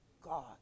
God